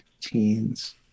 teens